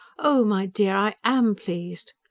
oh, my dear, i am pleased!